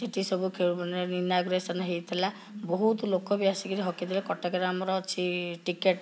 ସେଠି ସବୁ ଇନାଗୁରେସନ୍ ହେଇଥିଲା ବହୁତ ଲୋକ ବି ଆସିକିରି କଟକରେ ଆମର ଅଛି ଟିକେଟ୍